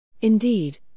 indeed